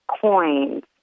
coins